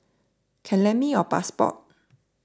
can lend me your passport